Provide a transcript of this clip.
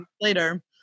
later